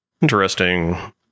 Interesting